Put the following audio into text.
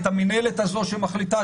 את המינהלת הזאת שמחליטה,